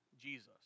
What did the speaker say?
Jesus